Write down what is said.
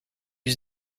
use